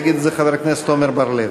יגיד את זה חבר הכנסת עמר בר-לב.